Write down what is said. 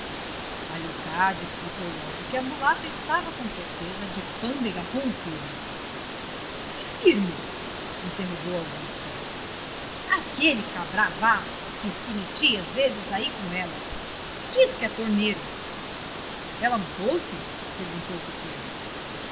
leocádia explicou logo que a mulata estava com certeza de pândega com o firmo que firmo interrogou augusta aquele cabravasco que se metia às vezes ai com ela diz que é torneiro ela mudou-se perguntou o pequeno